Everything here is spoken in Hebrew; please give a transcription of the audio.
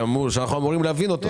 שאנחנו אמורים להבין אותו.